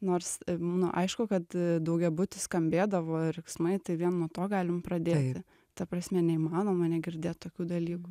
nors nu aišku kad daugiabuty skambėdavo riksmai tai vien nuo to galim pradėti ta prasme neįmanoma negirdėt tokių dalykų